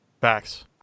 Facts